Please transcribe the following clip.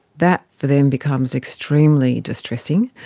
that for them becomes extremely distressing,